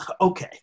okay